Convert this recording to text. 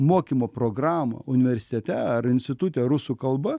mokymo programą universitete ar institute rusų kalba